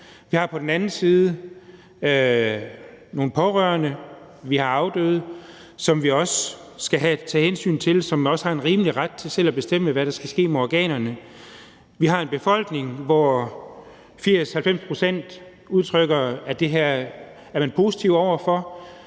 vi har på den anden side nogle pårørende, og vi har afdøde, som vi også skal tage hensyn til, og som også har en rimelig ret til selv at bestemme, hvad der skal ske med organerne. Vi har en befolkning, hvor 80-90 pct. udtrykker, at de er positive over for